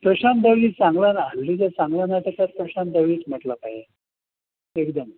प्रशांत दळवी चांगला ना हल्लीच्या चांगल्या नाटककारांत प्रशांत दळवीच म्हटला पाहिजे एकदम